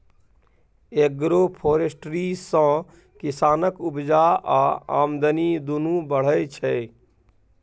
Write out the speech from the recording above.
agroforestry सँ किसानक उपजा आ आमदनी दुनु बढ़य छै